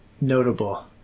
notable